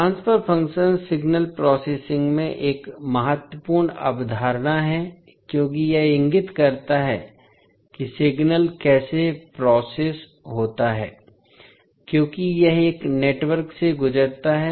transfer function signal processing में एक महत्वपूर्ण अवधारणा है क्योंकि यह इंगित करता है कि सिग्नल कैसे प्रोसेस होता है क्योंकि यह एक नेटवर्क से गुजरता है